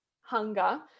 hunger